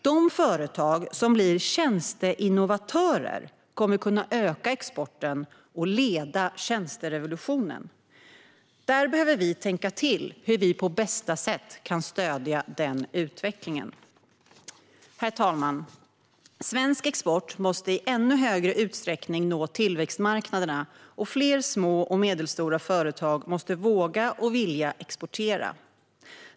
De företag som blir tjänsteinnovatörer kommer att kunna öka exporten och leda tjänsterevolutionen. Där behöver vi tänka till hur vi på bästa sätt kan stödja den utvecklingen. Herr talman! Svensk export måste i ännu större utsträckning nå tillväxtmarknaderna, och fler små och medelstora företag måste våga och vilja exportera.